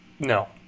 No